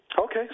Okay